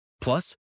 Plus